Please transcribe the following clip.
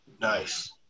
Nice